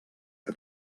que